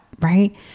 right